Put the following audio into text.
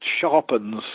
sharpens